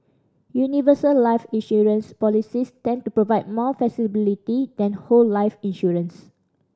universal life insurance policies tend to provide more flexibility than whole life insurance